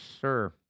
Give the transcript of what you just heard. sir